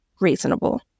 reasonable